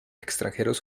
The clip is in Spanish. extranjeros